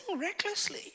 recklessly